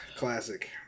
Classic